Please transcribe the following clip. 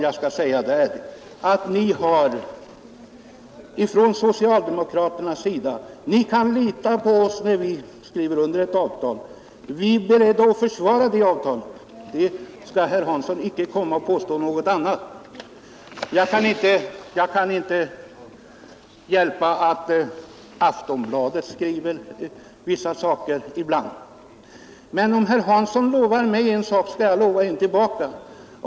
Jag skall säga det ärligt, herr Hansson: Ni kan lita på oss socialdemokrater när vi skriver under ett avtal. Vi är beredda att försvara det avtalet, och herr Hansson skall icke påstå något annat. Jag kan inte hjälpa att Aftonbladet skriver vissa saker ibland, men om herr Hansson lovar mig en sak skall jag lova en tillbaka.